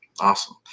Awesome